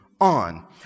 On